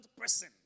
person